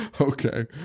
okay